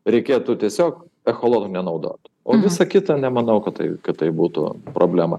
reikėtų tiesiog echolotų nenaudot o visa kita nemanau kad tai kad tai būtų problema